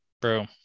bro